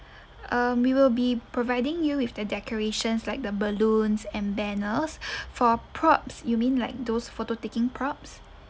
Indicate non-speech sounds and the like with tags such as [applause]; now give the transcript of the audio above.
[breath] um we will be providing you with the decorations like the balloons and banners [breath] for props you mean like those photo taking props